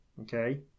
okay